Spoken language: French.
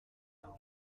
être